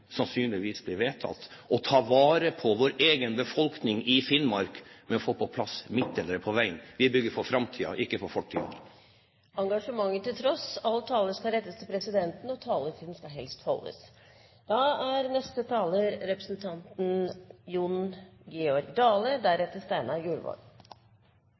sannsynligvis blir vedtatt – å ta vare på vår egen befolkning i Finnmark ved å få på plass midtdelere på veien. Vi bygger for framtiden, ikke for fortiden. Engasjementet til tross: All tale skal rettes til presidenten, og taletiden skal helst holdes. Etter å ha hørt innlegget til Else-May Botten er